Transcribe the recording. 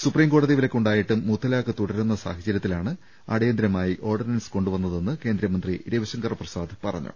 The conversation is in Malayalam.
സുപ്രീം കോടതി വിലക്ക് ഉണ്ടായിട്ടും മുത്തലാഖ് തുടരുന്ന സാഹചരൃത്തിലാണ് അടിയന്തരമായി ഓർഡിനൻസ് കൊണ്ടുവന്നതെന്ന് കേന്ദ്രമന്ത്രി രവിശങ്കർ പ്രസാദ് പറഞ്ഞു